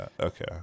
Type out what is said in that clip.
okay